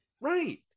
Right